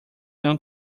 non